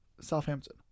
Southampton